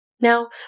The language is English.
Now